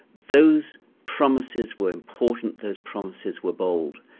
those promises were important. those promises were bold.